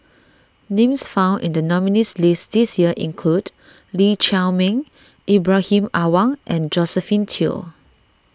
names found in the nominees' list this year include Lee Chiaw Meng Ibrahim Awang and Josephine Teo